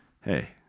Hey